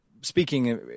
speaking